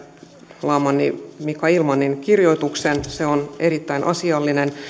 käräjälaamanni mika illmanin kirjoituksen se on erittäin asiallinen